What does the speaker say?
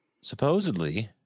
Supposedly